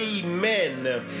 Amen